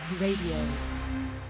Radio